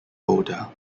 older